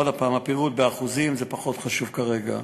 עוד פעם, הפירוט באחוזים פחות חשוב כרגע.